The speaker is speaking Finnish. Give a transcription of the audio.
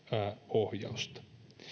ohjausta